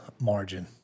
Margin